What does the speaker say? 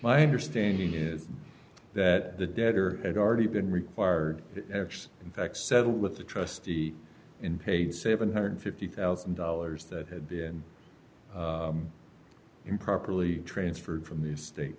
my understanding is that the debtor had already been required in fact settled with the trustee in pay seven hundred and fifty thousand dollars that had been improperly transferred from the state